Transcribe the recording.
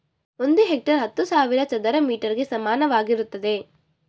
ಒಂದು ಹೆಕ್ಟೇರ್ ಹತ್ತು ಸಾವಿರ ಚದರ ಮೀಟರ್ ಗೆ ಸಮಾನವಾಗಿರುತ್ತದೆ